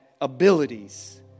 abilities